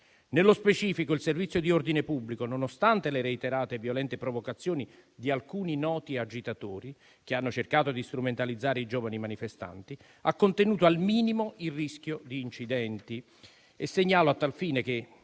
Nello specifico, il servizio di ordine pubblico, nonostante le reiterate e violente provocazioni di alcuni noti agitatori che hanno cercato di strumentalizzare i giovani manifestanti, ha contenuto al minimo il rischio di incidenti. Segnalo a tal fine che,